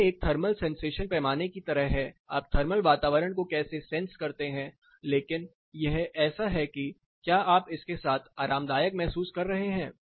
यह एक thermal sensation पैमाने की तरह है आप थर्मल वातावरण को कैसे सेंस करते हैं लेकिन यह ऐसा है कि क्या आप इसके साथ आरामदायक महसूस कर रहे हैं